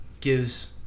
gives